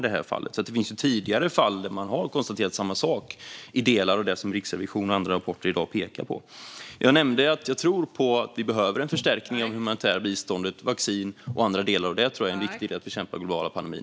Det finns alltså tidigare fall där man har konstaterat samma sak i delar av det som Riksrevisionen och andra i dag pekar på i sina rapporter. Jag nämnde att jag tror på att vi behöver en förstärkning av det humanitära biståndet. Vaccin och andra delar tror jag är viktiga för att bekämpa pandemin.